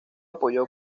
apoyó